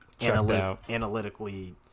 analytically